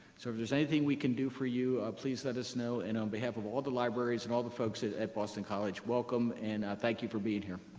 so if there's anything we can do for you, please let us know. and on behalf of all the libraries and all the folks at at boston college, welcome and thank you for being here.